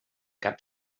cap